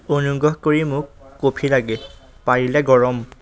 অনুগ্ৰহ কৰি মোক কফি লাগে পাৰিলে গৰম